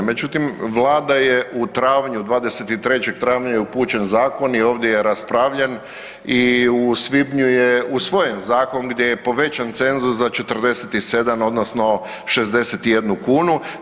Međutim, Vlada je u travnju 23. travnja je upućen zakon i ovdje je raspravljen i u svibnju je usvojen zakon gdje je povećan cenzus za 47 odnosno 61 kunu.